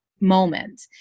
moment